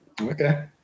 Okay